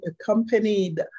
accompanied